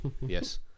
yes